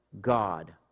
God